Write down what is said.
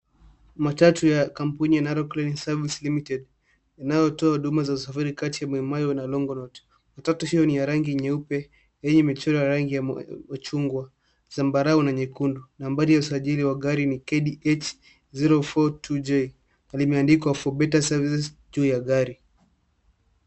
Matatu ya kampuni ya narrow cleaning service limited inayotoa huduma za usafiri kati ya mai mahiu na longonot matatu hiyo ni ya rangi nyeupe yenye michoro ya rangi ya uchungwa zambarau na nyekundu nambari ya usajili wa gari ni KDH 024J na limeandikwa for better services juu ya gari